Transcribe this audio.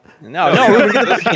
no